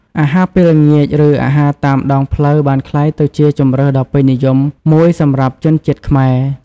អាហារពេលល្ងាច ឬអាហារតាមដងផ្លូវបានក្លាយទៅជាជម្រើសដ៏ពេញនិយមមួយសម្រាប់ជនជាតិខ្មែរ។